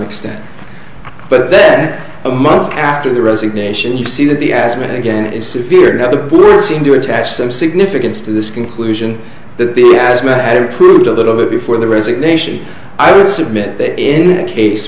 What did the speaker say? extent but then a month after the resignation you see that the ask me again is superior to the board seemed to attach some significance to this conclusion that the asthma had approved a little bit before the resignation i would submit it in a case